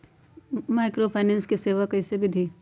Microfinance के सेवा कइसे विधि?